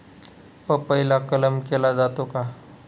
पपईला कलम केला जातो का?